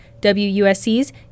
WUSC's